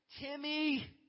Timmy